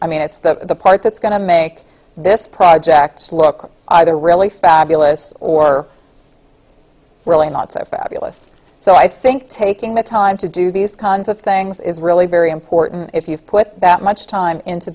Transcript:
i mean it's the part that's going to make this project look either really fabulous or really not so fabulous so i think taking the time to do these kinds of things is really very important if you put that much time into